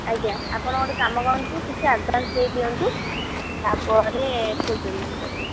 ଆଜ୍ଞା ଆପଣ ଗୋଟେ କାମ କରନ୍ତୁ କିଛି ଆଡ଼ଭାନ୍ସ ଦେଇଦିଅନ୍ତୁ ତାପରେ ଫୁଲ୍ ପେମେଣ୍ଟ କରିବେ